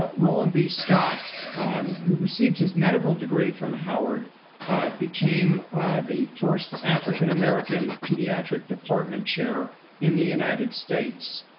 but rolland b. scott who received his medical degree from howard became the first african american pediatric department chair in the united states.